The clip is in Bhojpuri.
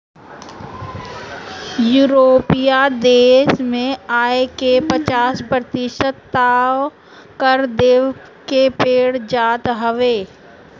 यूरोपीय देस में आय के पचास प्रतिशत तअ कर देवे के पड़ जात हवे